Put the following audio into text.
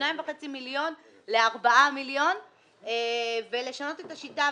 מ-2.5 מיליון ל-4 מיליון ולשנות את השיטה,